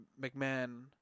McMahon